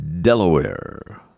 Delaware